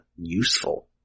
useful